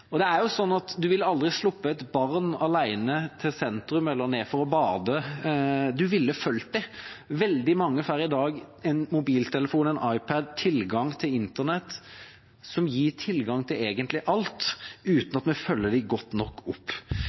ville aldri sluppet et barn alene ned til sentrum eller ned for å bade. Man ville fulgt det. Veldig mange får i dag med en mobiltelefon eller en iPad tilgang til internett, som egentlig gir tilgang til alt uten at vi følger dem godt nok opp.